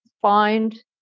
Find